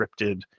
scripted